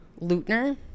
Lutner